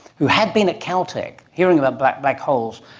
who had been at caltech, hearing about black black holes,